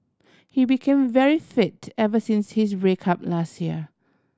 he became very fit ever since his break up last year